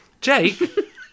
Jake